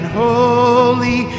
holy